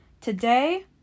Today